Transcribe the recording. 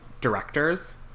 directors